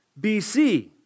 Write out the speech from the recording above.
BC